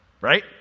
right